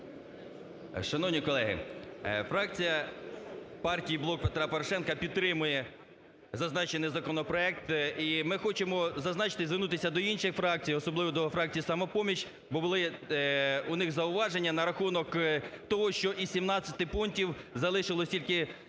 Шановні колеги, фракція партії "Блок Петра Порошенка" підтримує зазначений законопроект. І ми хочемо зазначити і звернутися до інших фракцій, особливо до фракції "Самопоміч", бо були у них зауваження на рахунок того, що із 17 пунктів залишилося тільки